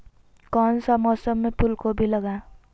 कौन सा मौसम में फूलगोभी लगाए?